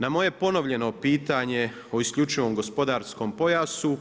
Na moje ponovljeno pitanje o isključivom gospodarskom pojasu